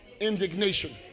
indignation